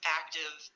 active